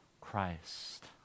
Christ